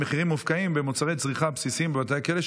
מחירים מופקעים במוצרי צריכה בסיסיים בבתי הכלא,